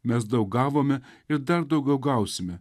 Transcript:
mes daug gavome ir dar daugiau gausime